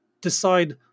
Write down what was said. decide